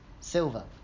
silver